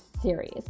series